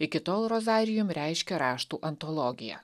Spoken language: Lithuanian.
iki tol roza ir jums reiškia raštų antologiją